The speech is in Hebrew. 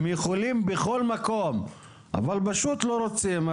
הם יכולים בכל מקום אבל פשוט לא רוצים.